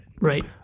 Right